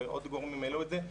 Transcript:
ועוד גורמים העלו את זה,